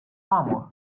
former